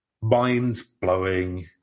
mind-blowing